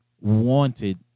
wanted